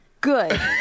good